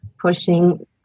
pushing